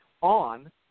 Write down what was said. on